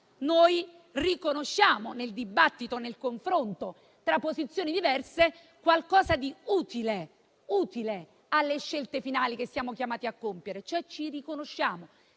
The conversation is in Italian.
noi riconosciamo nel dibattito, nel confronto tra posizioni diverse, qualcosa di utile alle scelte finali che siamo chiamati a compiere, cioè se ci riconosciamo